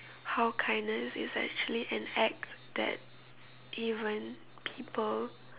how kindness is actually an act that even people